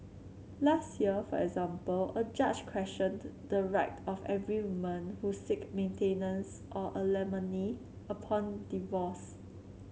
last year for example a judge questioned the right of every woman who seek maintenance or alimony upon divorce